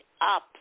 up